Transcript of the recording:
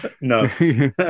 no